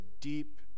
deep